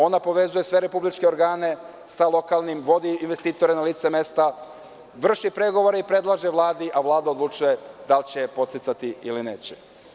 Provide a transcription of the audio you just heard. Ono povezuje sve republičke organe sa lokalnim vodi investitore na lice mesta, vrši pregovore i predlaže Vladi a Vlada odlučuje da li će podsticati ili neće.